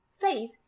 faith